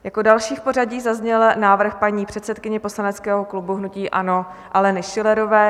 Jako další v pořadí zazněl návrh paní předsedkyně poslaneckého klubu hnutí ANO Aleny Schillerové.